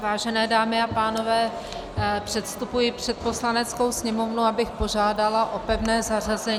Vážené dámy a pánové, předstupuji před Poslaneckou sněmovnu, abych požádala o pevné zařazení